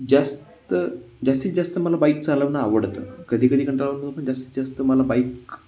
जास्त जास्तीत जास्त मला बाईक चालवणं आवडतं कधी कधी पण जास्तीत जास्त मला बाईक